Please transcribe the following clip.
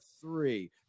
three